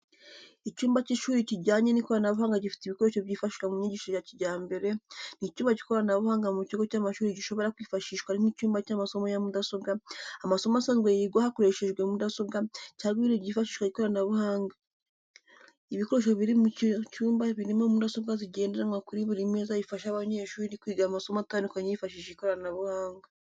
Icyumba cy’ishuri kijyanye n’ikoranabuhanga gifite ibikoresho byifashishwa mu myigishirize ya kijyambere. Ni icyumba cy’ikoranabuhanga mu kigo cy’amashuri gishobora kwifashishwa nk’icyumba cy’amasomo ya mudasobwa, amasomo asanzwe yigwa hakoreshejwe mudasobwa, cyangwa ibindi byifashisha ikoranabuhanga. Ibikoresho biri muri icyo cyumba birimo mudasobwa zigendanwa kuri buri meza bifasha abanyeshuri kwiga amasomo atandukanye bifashishije ikoranabuhanga.